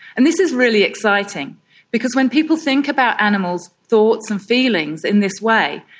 and this is really exciting because when people think about animals' thoughts and feelings in this way,